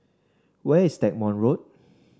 where is Stagmont Road